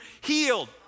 healed